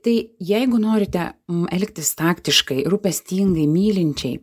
tai jeigu norite elgtis taktiškai rūpestingai mylinčiai